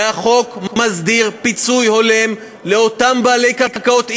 והחוק מסדיר פיצוי הולם לאותם בעלי קרקעות,